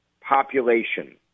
population